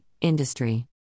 industry